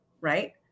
right